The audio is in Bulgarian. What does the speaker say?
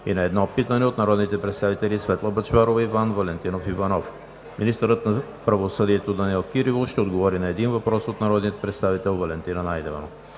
и на едно питане от народните представители Светла Бъчварова и Иван Валентинов Иванов. 4. Министърът на правосъдието Данаил Кирилов ще отговори на един въпрос от народния представител Валентина Найденова.